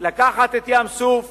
לקחת את ים-סוף